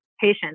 patient